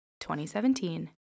2017